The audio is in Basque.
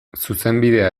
zuzenbidea